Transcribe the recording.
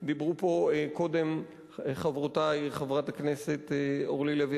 דיברו פה קודם חברותי חברת הכנסת אורלי לוי